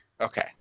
Okay